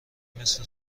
مثل